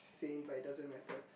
faint but it doesn't matter